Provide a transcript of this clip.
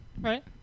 right